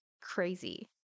crazy